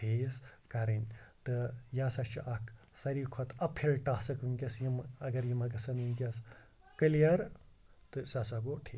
face کَرٕنۍ تہٕ یہِ ہَسا چھُ اکھ ساروی کھۄتہٕ اپ ہِل ٹاسٕک وٕنکٮ۪س یِم اگر یِما گژھن وٕنکٮ۪س کٔلِیَر تہٕ سُہ ہَسا گوٚو ٹھیٖک